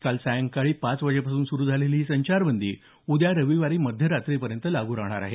काल सायंकाळी पाच वाजेपासून सुरू झालेली संचारबंदी उद्या रविवारी मध्यरात्रीपर्यंत लागू राहणार आहे